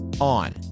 on